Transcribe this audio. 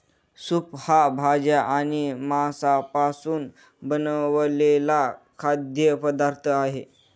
soup हा भाज्या आणि मांसापासून बनवलेला खाद्य पदार्थ आहे